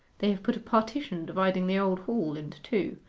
they have put a partition dividing the old hall into two,